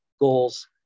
goals